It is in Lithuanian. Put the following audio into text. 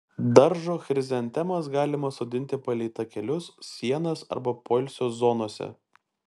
daržo chrizantemas galima sodinti palei takelius sienas arba poilsio zonose